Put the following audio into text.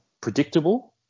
predictable